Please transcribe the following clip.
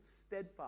steadfast